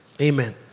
amen